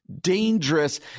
dangerous